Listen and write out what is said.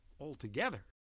altogether